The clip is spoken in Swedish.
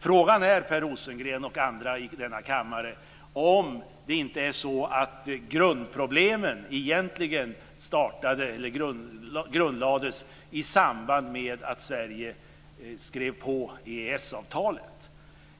Frågan är, Per Rosengren och andra i denna kammare, om inte grundproblemen egentligen grundlades i samband med att Sverige skrev på EES-avtalet.